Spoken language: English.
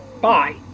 Bye